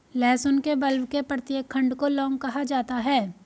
लहसुन के बल्ब के प्रत्येक खंड को लौंग कहा जाता है